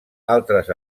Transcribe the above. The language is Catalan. altres